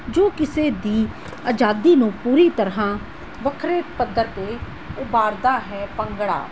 ਜੋ ਕਿਸੇ ਦੀ ਆਜ਼ਾਦੀ ਨੂੰ ਪੂਰੀ ਤਰ੍ਹਾਂ ਵੱਖਰੇ ਪੱਧਰ 'ਤੇ ਉਭਾਰਦਾ ਹੈ ਭੰਗੜਾ